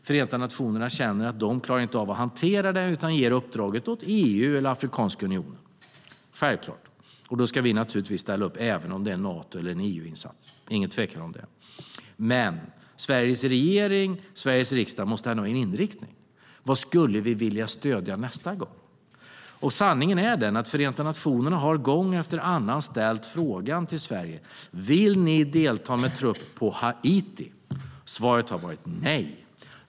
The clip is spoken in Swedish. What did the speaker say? Förenta nationerna känner att de inte klarar av att hantera krisen utan ger uppdraget åt EU eller Afrikanska unionen. Då ska vi naturligtvis ställa upp även om det är en Nato eller EU-insats. Det råder inget tvivel om det. Men Sveriges regering och riksdag måste ändå ha en inriktning. Vad skulle vi vilja stödja nästa gång? Sanningen är den att Förenta nationerna gång efter annan har frågat Sverige om vi vill delta med trupp på Haiti. Svaret har varit nej.